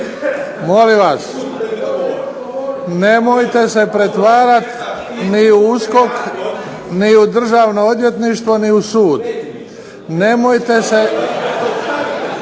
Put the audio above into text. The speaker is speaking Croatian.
Molim vas, nemojte se pretvarati ni u USKOK, ni u Državno odvjetništvo ni u sud. Nemojte se